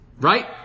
Right